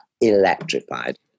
electrified